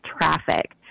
traffic